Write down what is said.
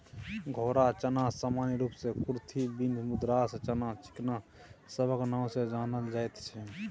घोड़ा चना सामान्य रूप सँ कुरथी, बीन, मद्रास चना, चिकना सबक नाओ सँ जानल जाइत छै